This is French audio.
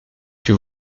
que